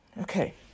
Okay